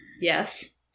Yes